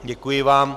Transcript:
Děkuji vám.